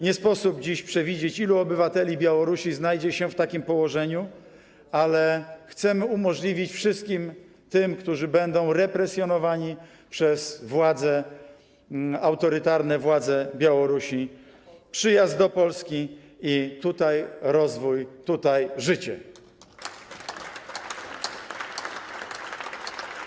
Nie sposób dziś przewidzieć, ilu obywateli Białorusi znajdzie się w takim położeniu, ale chcemy umożliwić wszystkim tym, którzy będą represjonowani przez władze, autorytarne władze Białorusi, przyjazd do Polski, rozwój i życie tutaj.